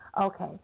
Okay